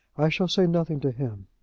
i shall say nothing to him.